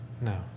No